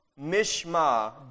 Mishma